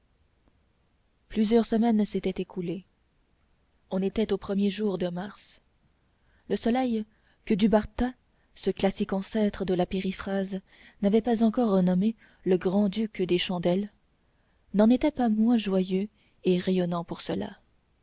plusieurs semaines s'étaient écoulées on était aux premiers jours de mars le soleil que dubartas ce classique ancêtre de la périphrase n'avait pas encore nommé le grand-duc des chandelles n'en était pas moins joyeux et rayonnant pour cela